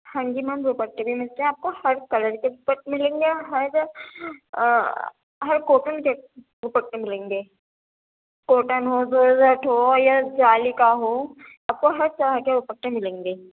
ہاں جی میم ڈوپٹے بھی ملتے ہیں آپ کو ہر کلر کے ڈوپٹے ملیں گے ہر ہر کوٹن کے ڈوپٹے ملیں گے کوٹن ہو جورجٹ ہو یا جالی کا ہو آپ کو ہر طرح کے ڈوپٹے ملیں گے